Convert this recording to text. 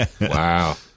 Wow